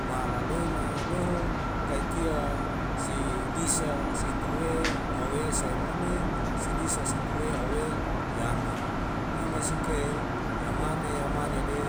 Ma lalena deuho kaitia si lisa situwe awesai mole sidisa situwe awe yami nama sike yamane yamane de